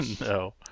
No